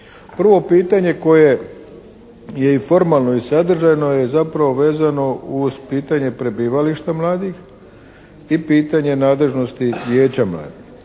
Prvo pitanje koje je i formalno i sadržajno je zapravo vezano uz pitanje prebivališta mladih i pitanje nadležnosti Vijeća mladih.